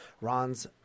Ron's